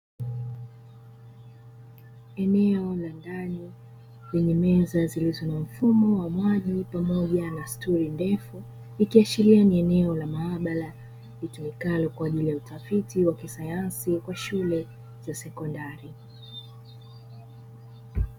Eneo la ndani lenye meza zilizo na mfumo wa maji pamoja na stuli ndefu, ikiashiria ni eneo la maabara litumikalo kwa ajili ya utafiti wa kisayansi kwa shule za sekondari.